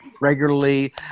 regularly